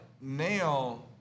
now